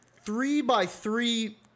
three-by-three